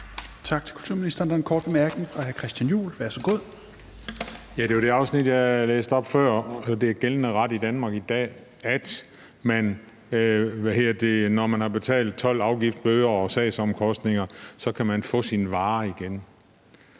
til kulturministeren. Der er en kort bemærkning fra hr. Christian Juhl. Værsgo. Kl. 16:41 Christian Juhl (EL): Ja, det er om det afsnit, jeg læste op før, nemlig at det er gældende ret i Danmark i dag, at når man har betalt told, afgifter, bøder og sagsomkostninger, kan man få sine varer igen.